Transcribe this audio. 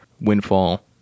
windfall